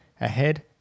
ahead